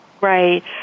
Right